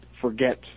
forget